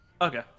okay